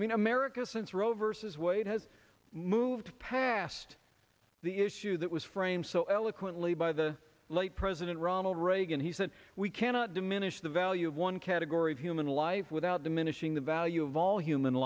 i mean america since roe versus wade has moved past the issue that was framed so eloquently by the late president ronald reagan he said we cannot diminish the value of one category of human life without diminishing the value of all human